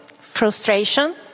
frustration